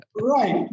Right